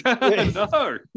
no